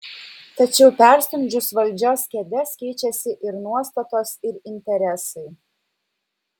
tačiau perstumdžius valdžios kėdes keičiasi ir nuostatos ir interesai